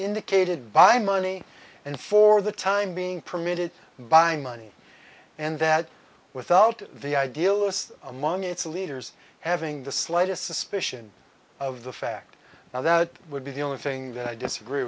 indicated by money and for the time being permitted by money and that without the idealists among its leaders having the slightest suspicion of the fact now that would be the only thing that i disagree